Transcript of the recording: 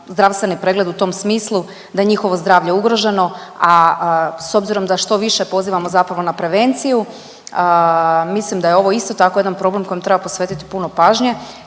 zdravstveni pregled u tom smislu da je njihovo zdravlje ugroženo, a s obzirom da što više pozivamo zapravo na prevenciju, mislim da je ovo isto tako jedan problem kojem treba posvetiti puno pažnje.